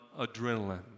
adrenaline